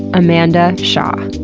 amanda shaw.